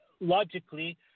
logically